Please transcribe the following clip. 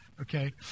Okay